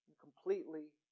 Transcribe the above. completely